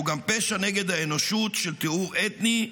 שהוא גם פשע נגד האנושות של טיהור אתני,